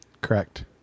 Correct